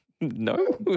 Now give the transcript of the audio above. no